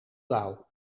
dauw